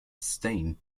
stained